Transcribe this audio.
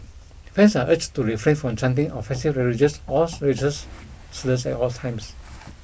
fans are urged to refrain from chanting offensive religious slurs at all times